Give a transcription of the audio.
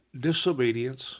disobedience